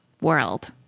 world